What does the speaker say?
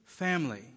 family